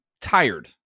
tired